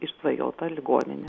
išsvajota ligoninė